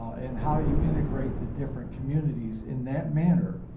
and how you integrate the different communities in that manner.